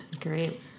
Great